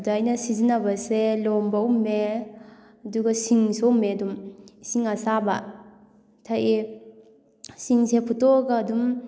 ꯑꯗ ꯑꯩꯅ ꯁꯤꯖꯤꯟꯅꯕꯁꯦ ꯂꯣꯝꯕ ꯎꯝꯃꯦ ꯑꯗꯨꯒ ꯁꯤꯡꯁꯨ ꯎꯝꯃꯦ ꯑꯗꯨꯝ ꯏꯁꯤꯡ ꯑꯁꯥꯕ ꯊꯛꯏ ꯁꯤꯡꯁꯦ ꯐꯨꯠꯇꯣꯛꯑꯒ ꯑꯗꯨꯝ